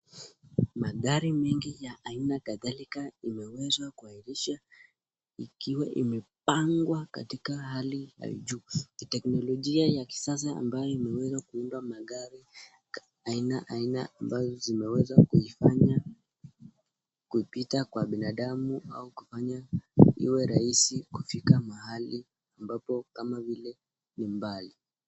Magari mengi ya haina ya kadhalika imeweza kuegeshwa ikiwa imepangwa katika hali ya juu. Kiteknologia ya kisasa ambayo imeweza kuunda magari aina ambazo zinaweza kuifanya kupita kwa binadamu au kufanya iwe rahisi kufika mahali ambapo kama vile ni mbali.